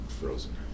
frozen